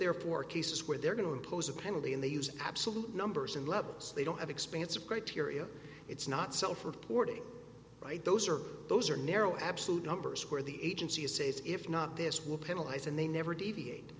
therefore cases where they're going to impose a penalty and they use absolute numbers and levels they don't have expansive criteria it's not self reporting right those are those are narrow absolute numbers where the agency is safe if not this will penalize and they never deviate